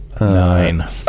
Nine